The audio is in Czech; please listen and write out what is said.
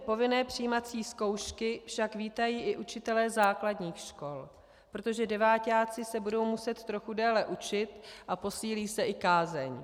Povinné přijímací zkoušky však vítají i učitelé základních škol, protože deváťáci se budou muset trochu déle učit a posílí se i kázeň.